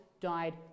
died